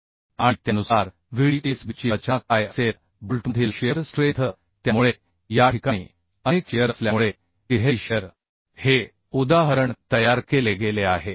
आणि ns आणि Anb आणि Ans काय असतील आणि त्यानुसार Vdsb ची रचना काय असेल बोल्टमधील शिअर स्ट्रेंथ त्यामुळे या ठिकाणी अनेक शिअर असल्यामुळे तिहेरी शिअर हे उदाहरण तयार केले गेले आहे